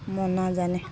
म नजाने